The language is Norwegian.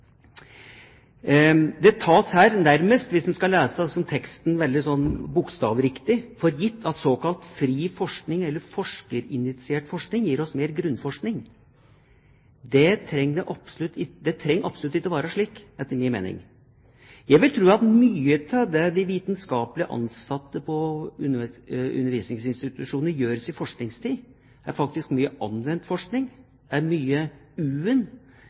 Hvis en skal lese teksten veldig bokstavrett, tas det her nærmest for gitt at såkalt fri forskning eller forskerinitiert forskning gir oss mer grunnforskning. Det trenger absolutt ikke være slik, etter min mening. Jeg vil tro at mye av det de vitenskapelig ansatte på undervisningsinstitusjonene gjør i sin forskningstid, er mye anvendt forskning, er mye